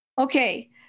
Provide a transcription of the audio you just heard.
Okay